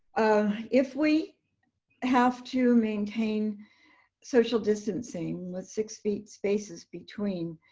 if we have to maintain social distancing with six feet spaces between,